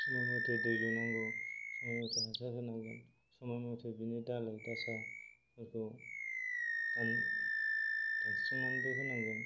समय मथे दै लुनांगौ सय मथे हासार होनांगोन समय मथे बिनि दालाइ दासाफोरखौ दानस्रांनानैबो होनांगोन